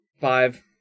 Five